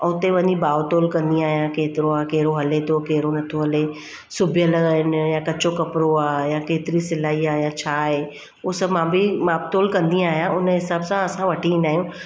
ऐं हुते वञी भाओ तोलु कंदी आहियां केतिरो आहे कहिड़ो हले थो कहिड़ो नथो हले सिबियलु आहिनि या कचो कपिड़ो आहे या केतिरी सिलाई आहे या छा आहे उहो सभु मां बि माप तोलु कंदी आहियां उन जे हिसाब सां असां वठी ईंदा आहियूं